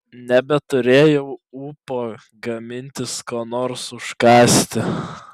nebeturėjau ūpo gamintis ko nors užkąsti